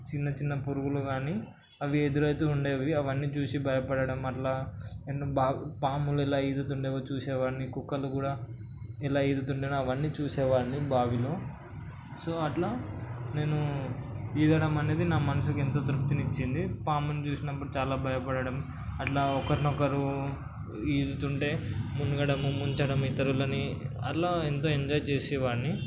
చిన్నచిన్న పురుగులు కానీ అవి ఎదురవుతూ ఉండేవి అవన్నీ చూసి భయపడడం అట్లా నేను పాములు ఎలా ఈదుతూ ఉండేవో చూసేవాడిని కుక్కలు కూడా ఎలా ఈదుతూ ఉండేవో అవన్నీ చూసేవాడిని బావిలో సో అట్లా నేను ఈదడం అనేది నా మనసుకి ఎంతో తృప్తిని ఇచ్చింది పాముని చూసినప్పుడు చాలా భయపడటం అట్లా ఒకరిని ఒకరు ఈదుతుంటే మునగడము ముంచడము ఇతరులని అట్లా ఎంతో ఎంజాయ్ చేసేవాడిని